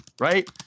right